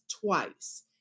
twice